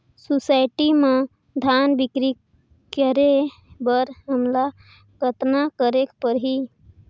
Society म धान बिक्री करे बर हमला कतना करे परही?